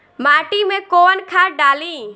माटी में कोउन खाद डाली?